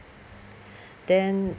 then